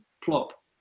plop